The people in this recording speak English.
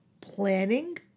planning